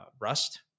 rust